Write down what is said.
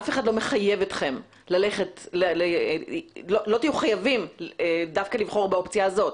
לא תהיו חייבים דווקא לבחור באופציה הזאת,